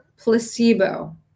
placebo